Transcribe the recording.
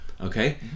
Okay